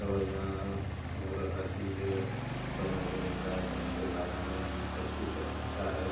दवाइयाँ और हर चीज़ समय पर मिलती है समय पर साधन सब कुछ अच्छा है